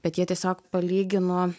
bet jie tiesiog palygino